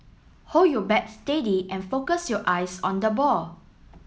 hold your bat steady and focus your eyes on the ball